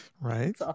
Right